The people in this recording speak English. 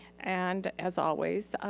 and as always,